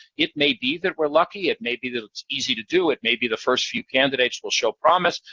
it may be that we're lucky. it may be that it's easy to do. it may be the first few candidates will show promise,